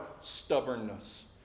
stubbornness